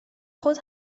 خود